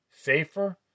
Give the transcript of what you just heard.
Safer